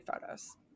photos